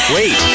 Wait